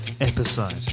episode